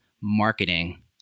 marketing